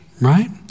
right